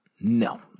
No